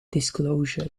disclosure